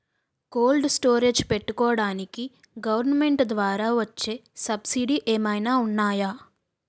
Cold storage పెట్టుకోడానికి government ద్వారా వచ్చే సబ్సిడీ ఏమైనా ఉన్నాయా?